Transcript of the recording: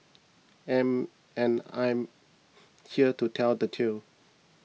and and I am here to tell the tale